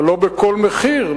אבל לא בכל מחיר,